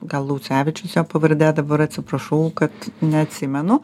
gal laucevičius jo pavardė dabar atsiprašau kad neatsimenu